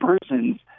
Persons